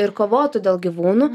ir kovotų dėl gyvūnų